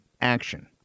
action